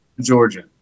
Georgia